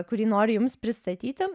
kurį noriu jums pristatyti